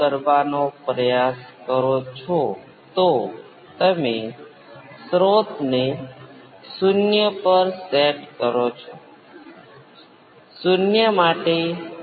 આપણી પાસે જટિલ ગુણાંક હતા જે વસ્તુઓ મિશ્રિત થઈ શકે છે ત્યાં ખરેખર એવી સિસ્ટમો છે જેમાં આપણે બિલકુલ નહીં જઈએ